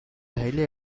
highly